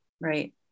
right